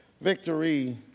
victory